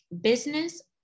business